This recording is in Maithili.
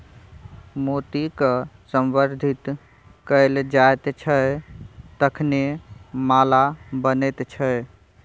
मोतीकए संवर्धित कैल जाइत छै तखने माला बनैत छै